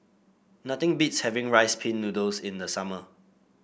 nothing beats having Rice Pin Noodles in the summer